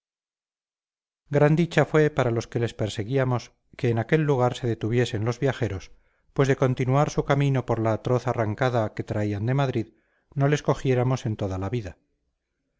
gran dicha fue para los que les perseguíamos que en aquel lugar se detuviesen los viajeros pues de continuar su camino con la atroz arrancada que traían de madrid no les cogiéramos en toda la vida